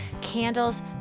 Candles